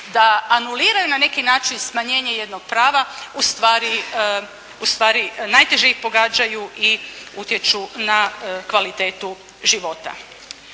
da anuliraju na neki način smanjenje jednog prava u stvari najteže ih pogađaju i utječu na kvalitetu života.